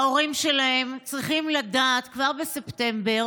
ההורים שלהם צריכים לדעת כבר בספטמבר